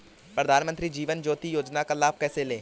प्रधानमंत्री जीवन ज्योति योजना का लाभ कैसे लें?